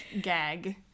gag